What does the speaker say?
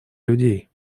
людей